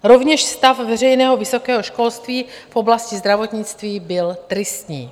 Rovněž stav veřejného vysokého školství v oblasti zdravotnictví byl tristní.